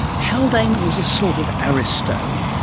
haldane was a sort of aristo,